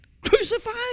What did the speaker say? crucified